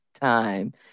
time